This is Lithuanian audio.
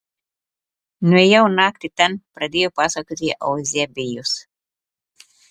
nuėjau naktį ten pradėjo pasakoti euzebijus